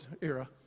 era